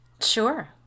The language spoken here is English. Sure